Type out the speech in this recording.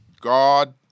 God